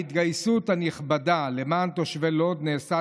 ההתגייסות הנכבדה למען תושבי לוד נעשתה